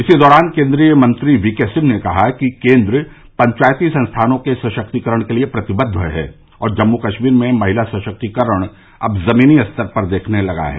इसी दौरान केन्द्रीय मंत्री वीके सिंह ने कहा कि केन्द्र पंचायती संस्थानों के सशक्तिकरण के लिए प्रतिबद्व है और जम्मु कश्मीर में महिला सशक्तिकरण अब जमीनी स्तर पर दिखने लगा है